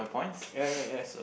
ya ya ya